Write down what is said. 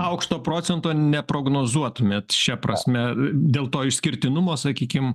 aukšto procento neprognozuotumėt šia prasme dėl to išskirtinumo sakykim